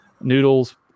noodles